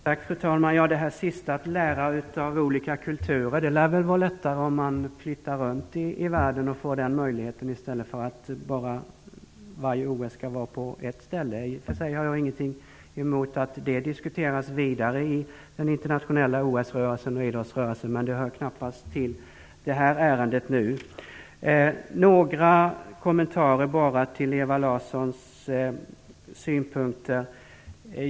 Fru talman! Det sista om att lära av olika kulturer lär väl gå lättare om man flyttar runt i världen i stället för att varje OS skall vara på ett ställe. I och för sig har jag ingenting emot att det diskuteras vidare i den internationella OS-rörelsen och idrottsrörelsen, men det hör knappast till det nu aktuella ärendet. Bara några kommentarer till Ewa Larssons synpunkter.